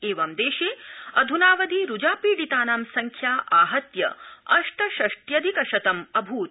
एवं देशे अध्नावधि रूजा पीडितानां संख्या आहत्य अष्ट षष्ट्यधिक शतं अभूत्